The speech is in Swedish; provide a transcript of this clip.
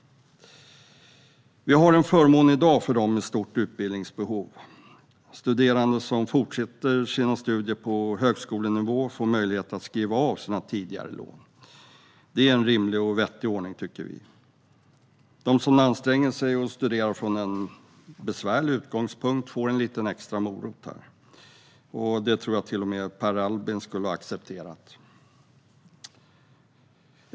Vi har i dag en förmån för dem med stort utbildningsbehov. Studerande som fortsätter sina studier på högskolenivå får möjlighet att skriva av sina tidigare lån. Vi tycker att detta är en rimlig och vettig ordning. De som anstränger sig och studerar utifrån en besvärlig utgångspunkt får en liten extra morot. Det tror jag att till och med Per Albin skulle ha accepterat.